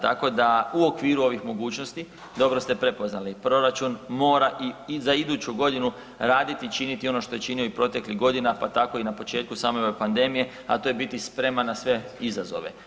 Tako da u okviru ovih mogućnosti, dobro ste prepoznali, proračun mora i za iduću godinu raditi i činiti ono što je činio proteklih godina pa tako i na početku same ove pandemije, a to je biti spreman na sve izazove.